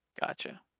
Gotcha